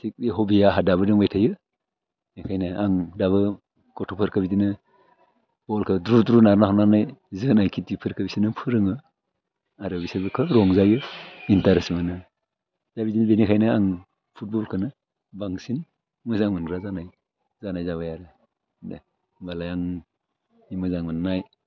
थिक बे हबिया आंहा दाबो दंबाय थायो बेखायनो आं दाबो गथ'फोरखौ बिदिनो बलखौ द्रु द्रु लांनानै जोनाय तिपफोरखौ बिसोरनो फोरोङो आरो बिसोरबो खोब रंजायो इन्टारेस्ट मोनो दा बिदिनो बेनिखायनो आङो फुटबलखौनो बांसिन मोजां मोनग्रा जानाय जाबाय आरो दे होनबालाय आंनि मोजां मोननाय